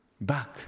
back